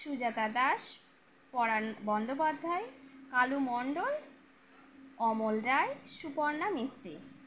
Sujata Das Paran Bandyopadhyay Kalu Mondal Amal Roy Suparna Mistry